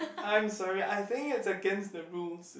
I am sorry I think it's against the rules